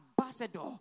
ambassador